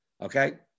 Okay